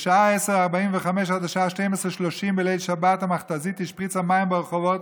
בשעה 22:45 עד השעה 24:30 בליל שבת המכת"זית השפריצה מים ברחובות